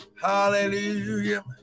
hallelujah